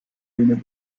une